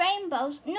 rainbows